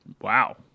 Wow